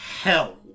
hell